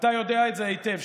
אתה יודע זאת היטב.